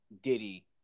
Diddy